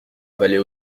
avaler